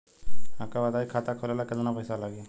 हमका बताई खाता खोले ला केतना पईसा लागी?